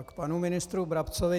Panu ministru Brabcovi.